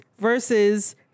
versus